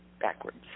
backwards